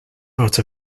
out